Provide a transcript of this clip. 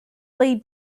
lay